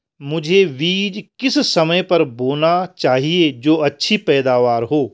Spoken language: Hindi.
मुझे बीज किस समय पर बोना चाहिए जो अच्छी पैदावार हो?